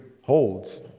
holds